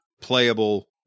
playable